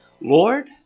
Lord